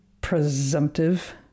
presumptive